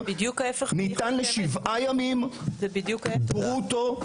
ניתן ל-7 ימים ברוטו,